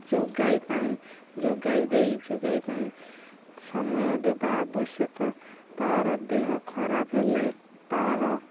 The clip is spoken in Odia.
ଯୋଗାଇ ପାଇଁ ଯୋଗାଇ ଦେଇ ଯୋଗାଇ ପାଇଁ ସମୟ ଦେବା ଆବଶ୍ୟକ ତା'ର ଦେହ ଖରାପ ହେଲେ ତା'ର